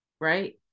right